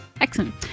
Excellent